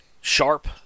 sharp